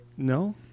No